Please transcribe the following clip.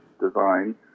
design